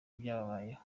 byabayeho